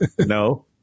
No